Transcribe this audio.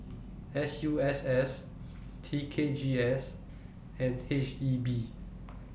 S U S S T K G S and H E B